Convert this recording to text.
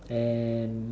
and